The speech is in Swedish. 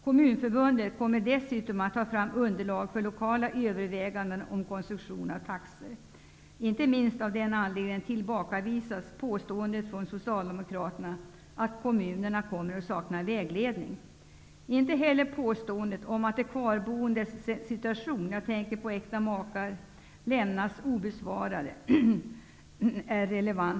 Kommunförbundet kommer dessutom att ta fram underlag för lokala överväganden om konstruktion av taxor. Inte minst av den anledningen tillbakavisas påståendet från Socialdemokraterna att kommunerna kommer att sakna vägledning. Inte heller påståendet om att frågan om de kvarboendes situation -- jag tänker på äkta makar -- lämnas obesvarad är relevant.